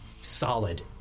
solid